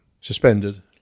suspended